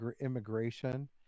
immigration